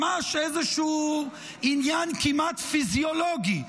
ממש איזשהו עניין כמעט פיזיולוגי.